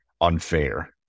unfair